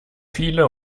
viele